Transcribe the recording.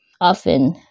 Often